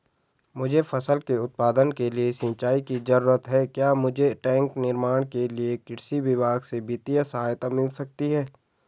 मुझे फसल के उत्पादन के लिए सिंचाई की जरूरत है क्या मुझे टैंक निर्माण के लिए कृषि विभाग से वित्तीय सहायता मिल सकती है?